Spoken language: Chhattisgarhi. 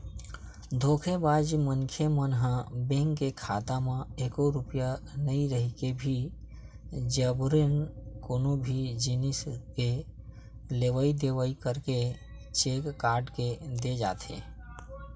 धोखेबाज मनखे मन ह बेंक के खाता म एको रूपिया नइ रहिके भी जबरन कोनो भी जिनिस के लेवई देवई करके चेक काट के दे जाथे